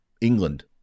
England